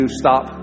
stop